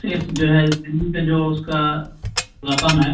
صرف جو ہے س کا جو اس کا رقم ہے